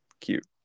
cute